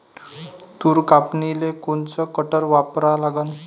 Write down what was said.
तूर कापनीले कोनचं कटर वापरा लागन?